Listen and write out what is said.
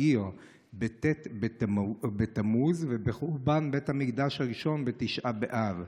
העיר בט' בתמוז ובחורבן בית המקדש הראשון בתשעה באב.